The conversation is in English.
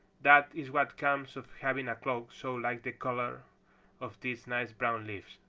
that is what comes of having a cloak so like the color of these nice brown leaves.